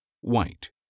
White